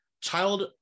child